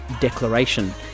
declaration